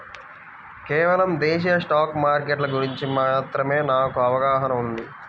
కేవలం దేశీయ స్టాక్ మార్కెట్ల గురించి మాత్రమే నాకు అవగాహనా ఉంది